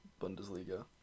Bundesliga